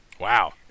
Wow